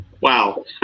Wow